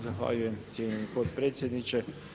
Zahvaljujem cijenjeni potpredsjedniče.